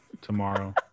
tomorrow